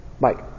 Mike